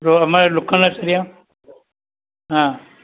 જો અમારે લોખંડના સળિયા હા